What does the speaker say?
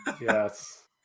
Yes